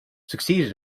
succeeded